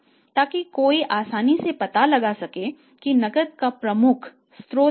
ताकि कोई आसानी से पता लगा सके कि नकद का प्रमुख स्रोत क्या है